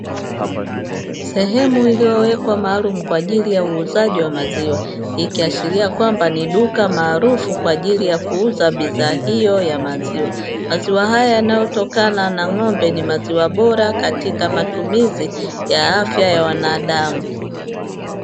Sehemu iliyowekwa maalum kwaajili ya uuzaji wa maziwa ikiashiria kwamba ni duka maarufu kwaajili ya kuuza bidhaa hiyo ya maziwa. Maziwa hayo yanayotokana na ng'ombe ni maziwa bora katika matumizi ya afya ya binadamu.